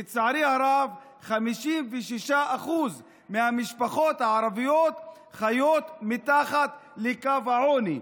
לצערי הרב 56% מהמשפחות הערביות חיות מתחת לקו העוני,